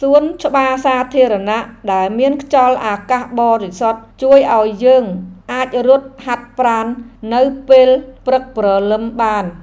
សួនច្បារសាធារណៈដែលមានខ្យល់អាកាសបរិសុទ្ធជួយឱ្យយើងអាចរត់ហាត់ប្រាណនៅពេលព្រឹកព្រលឹមបាន។